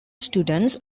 students